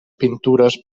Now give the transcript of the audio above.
pintures